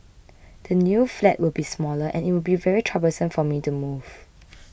the new flat will be smaller and it will be very troublesome for me to move